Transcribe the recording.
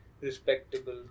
respectable